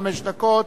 חמש דקות.